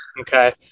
Okay